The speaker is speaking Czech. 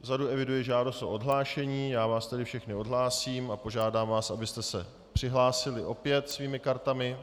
Vzadu eviduji žádost o odhlášení, já vás tedy všechny odhlásím a požádám vás, abyste se opět přihlásili svými kartami.